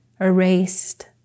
erased